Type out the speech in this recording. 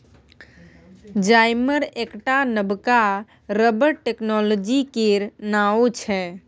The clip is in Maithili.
जाइमर एकटा नबका रबर टेक्नोलॉजी केर नाओ छै